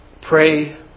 pray